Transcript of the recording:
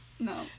No